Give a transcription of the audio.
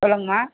சொல்லுங்கம்மா